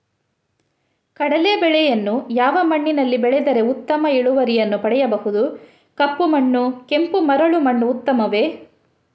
ಕಡಲೇ ಬೆಳೆಯನ್ನು ಯಾವ ಮಣ್ಣಿನಲ್ಲಿ ಬೆಳೆದರೆ ಉತ್ತಮ ಇಳುವರಿಯನ್ನು ಪಡೆಯಬಹುದು? ಕಪ್ಪು ಮಣ್ಣು ಕೆಂಪು ಮರಳು ಮಣ್ಣು ಉತ್ತಮವೇ?